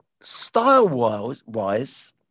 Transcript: style-wise